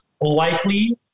likely